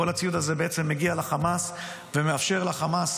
כל הציוד הזה בעצם מגיע לחמאס ומאפשר לחמאס